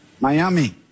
Miami